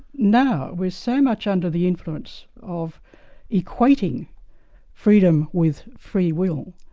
now we're so much under the influence of equating freedom with free will,